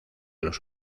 los